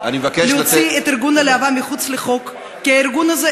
כי הארגון הזה,